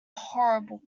horrible